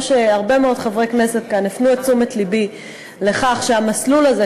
הרבה מאוד חברי כנסת כאן הפנו את תשומת לבי לכך שהמסלול הזה,